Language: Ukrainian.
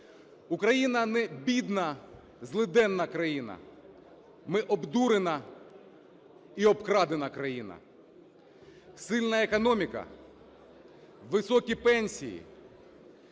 Україна не бідна, злиденна країна. Ми – обдурена і обкрадена країна. Сильна економіка, високі пенсії,